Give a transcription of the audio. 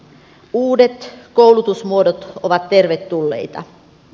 uudet koulutusmuodot ovat tervetulleita